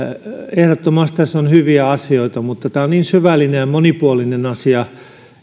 ehdottomasti tässä on hyviä asioita mutta tämä on niin syvällinen ja monipuolinen asia